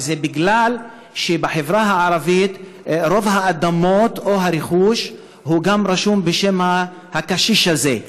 וזה בגלל שבחברה הערבית רוב האדמות או הרכוש רשום גם בשם הקשיש הזה.